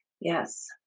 Yes